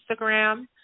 Instagram